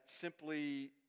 simply